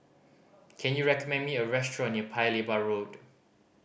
can you recommend me a restaurant near Paya Lebar Road